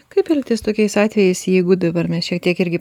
kaip elgtis tokiais atvejais jeigu dabar mes šiek tiek irgi